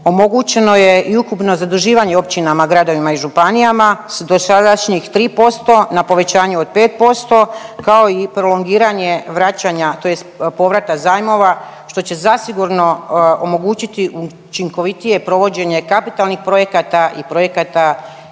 omogućeno je i ukupno zaduživanje općinama, gradovima i županijama s dosadašnjih 3% na povećanje od 5%, kao i prolongiranje vraćanja tj. povrata zajmova, što će zasigurno omogućiti učinkovitije provođenje kapitalnih projekata i projekata